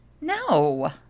No